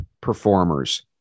performers